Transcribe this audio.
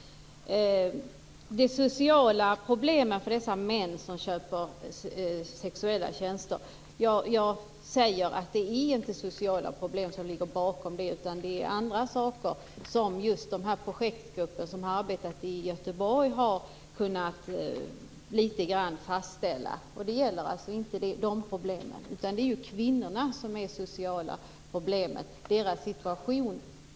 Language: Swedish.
Jag säger att det inte är sociala problem som ligger bakom det faktum att män köper sexuella tjänster. Det är andra saker, vilket den projektgrupp som har arbetat i Göteborg i viss mån har kunnat fastställa. Det gäller inte de problemen. Det är kvinnorna som har de sociala problemen.